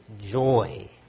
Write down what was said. joy